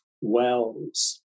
wells